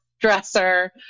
dresser